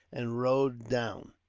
and rowed down.